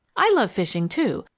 i love fishing, too,